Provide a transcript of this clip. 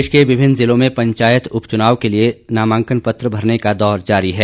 प्रदेश के विभिन्न जिलों में पंचायत उप चुनाव के लिए नामांकन पत्र भरने का दौर जारी है